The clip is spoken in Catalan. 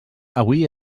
avui